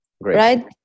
right